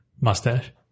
Mustache